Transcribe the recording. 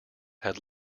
had